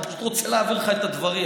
אני פשוט רוצה להעביר לך את הדברים,